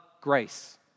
grace